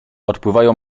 odpływają